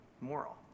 moral